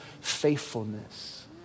faithfulness